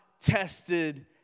tested